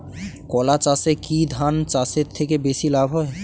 কলা চাষে কী ধান চাষের থেকে বেশী লাভ হয়?